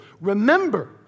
remember